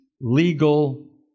legal